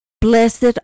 Blessed